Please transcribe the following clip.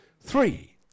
Three